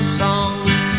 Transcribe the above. songs